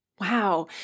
Wow